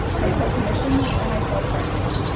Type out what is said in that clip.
i sell commissions and i sell prints.